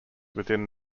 within